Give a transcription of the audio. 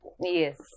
Yes